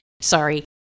Sorry